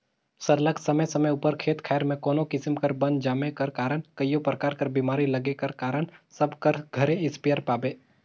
सरलग समे समे उपर खेत खाएर में कोनो किसिम कर बन जामे कर कारन कइयो परकार कर बेमारी लगे कर कारन सब कर घरे इस्पेयर पाबे